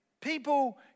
people